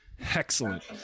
excellent